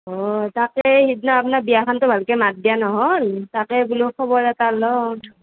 অঁ তাকে সেইদিনা আপোনাক বিয়া খানতে ভালকৈ মাত দিয়া নহ'ল তাকে বোলো খবৰ এটা লওঁ